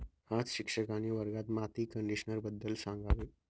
आज शिक्षकांनी वर्गात माती कंडिशनरबद्दल सांगावे